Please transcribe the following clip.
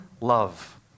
love